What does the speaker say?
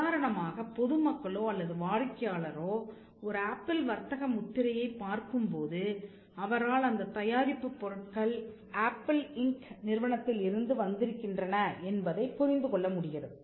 உதாரணமாக பொது மக்களோ அல்லது ஒரு வாடிக்கையாளரோ ஓர் ஆப்பிள் வர்த்தக முத்திரையைப் பார்க்கும் போது அவரால் அந்தத் தயாரிப்புப் பொருட்கள் ஆப்பிள் இன்க் நிறுவனத்தில் இருந்து வந்திருக்கின்றன என்பதைப் புரிந்துகொள்ள முடிகிறது